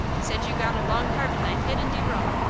said you'd got a long carvin'-knife hid in de room.